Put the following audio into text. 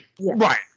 Right